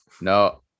no